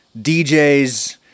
DJs